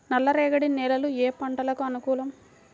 నల్లరేగడి నేలలు ఏ పంటలకు అనుకూలం?